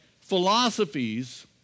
philosophies